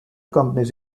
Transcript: companies